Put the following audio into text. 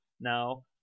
now